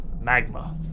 magma